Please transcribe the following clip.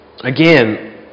again